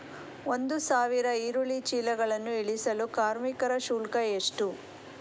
ಒಂದು ಸಾವಿರ ಈರುಳ್ಳಿ ಚೀಲಗಳನ್ನು ಇಳಿಸಲು ಕಾರ್ಮಿಕರ ಶುಲ್ಕ ಎಷ್ಟು?